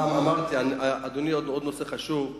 אדוני, עוד נושא חשוב,